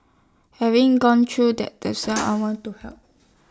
having gone through that the some I want to help